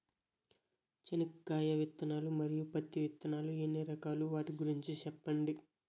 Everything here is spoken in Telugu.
చెనక్కాయ విత్తనాలు, మరియు పత్తి విత్తనాలు ఎన్ని రకాలు వాటి గురించి సెప్పండి?